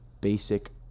basic